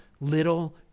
little